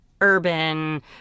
urban